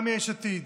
גם מיש עתיד